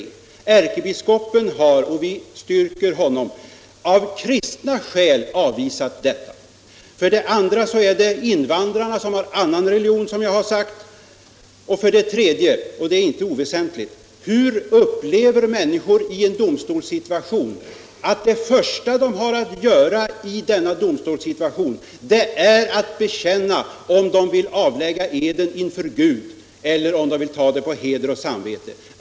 För det första har ärkebiskopen — och vi stöder honom =— av kristna skäl avvisat tanken på alternativ. För det andra bör vi tänka på invandrare som har annan religion. För det tredje — och det är inte heller oväsentligt — måste vi fråga oss, hur människor egentligen upplever en domstolssituation när det första de har att göra är att bekänna om de vill avlägga eden inför Gud eller ge en försäkran på heder och samvete.